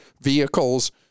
vehicles